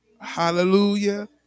Hallelujah